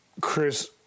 Chris